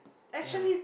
yeah